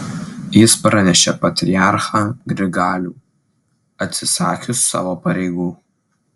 jis pranešė patriarchą grigalių atsisakius savo pareigų